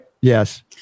Yes